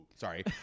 Sorry